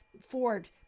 ford